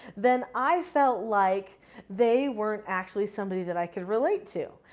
then i felt like they weren't actually somebody that i could relate to.